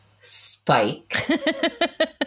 Spike